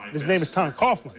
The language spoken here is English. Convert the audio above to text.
his name is tom coughlin.